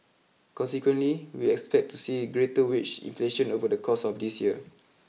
consequently we expect to see greater wage inflation over the course of this year